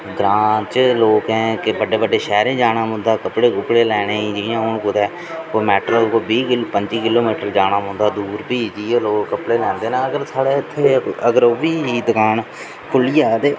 ग्रां च लोकें के बड्डे बड्डे शैहरें जाना पौंदा कपड़े कुपड़े लैने गी जि'यां हून कुतै मैट्रो कोई बी किलो पैंती किलोमीटर जाना पौंदा दूर फ्ही जाइयै लोग कपड़े लैंदे न अगर साढ़ै इत्थै अगर ओह् बी दकान खुह्ल्ली जा ते